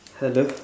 hello